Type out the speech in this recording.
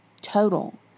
total